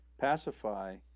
pacify